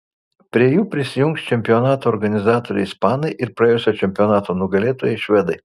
prie jų prisijungs čempionato organizatoriai ispanai ir praėjusio čempionato nugalėtojai švedai